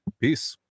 peace